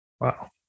Wow